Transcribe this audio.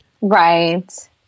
Right